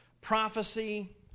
Prophecy